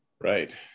Right